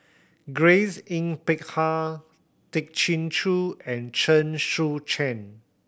Grace Yin Peck Ha Tay Chin Joo and Chen Sucheng